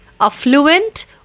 Affluent